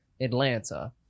atlanta